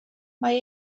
mae